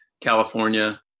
California